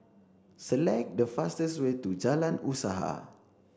select the fastest way to Jalan Usaha